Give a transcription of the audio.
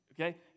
Okay